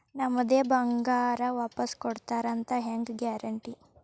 ನಮ್ಮದೇ ಬಂಗಾರ ವಾಪಸ್ ಕೊಡ್ತಾರಂತ ಹೆಂಗ್ ಗ್ಯಾರಂಟಿ?